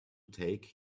take